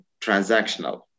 transactional